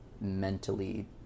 mentally